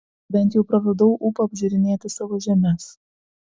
bent jau praradau ūpą apžiūrinėti savo žemes